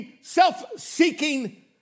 self-seeking